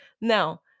Now